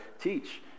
teach